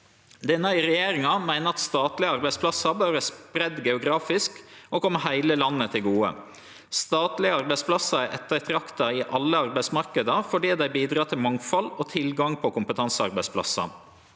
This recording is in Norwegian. regjeringa meiner at statlege arbeidsplassar bør vere spreidde ut geografisk og kome heile landet til gode. Statlege arbeidsplassar er ettertrakta i alle arbeidsmarknader fordi dei bidreg til mangfald og tilgang på kompetansearbeidsplassar.